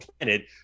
planet